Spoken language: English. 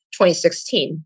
2016